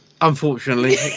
Unfortunately